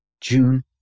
June